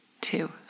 two